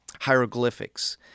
hieroglyphics